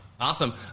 Awesome